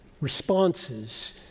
responses